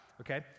okay